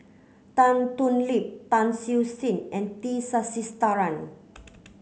Tan Thoon Lip Tan Siew Sin and T Sasitharan